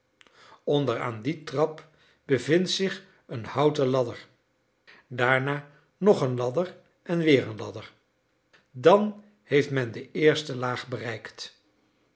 onder aan die trap bevindt zich een houten ladder daarna nog een ladder en weer een ladder dan heeft men de eerste laag bereikt